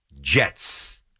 Jets